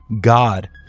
God